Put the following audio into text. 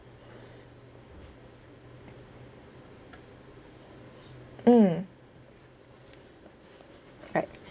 mm right